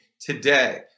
today